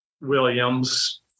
Williams